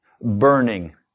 burning